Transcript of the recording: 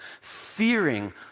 fearing